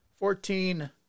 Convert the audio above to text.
Fourteen